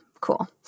cool